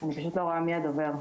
אני לא רואה מי הדובר.